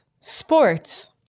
sports